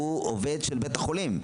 הוא עובד של בית החולים,